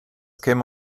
käme